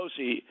Pelosi